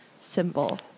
symbol